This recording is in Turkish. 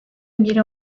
biri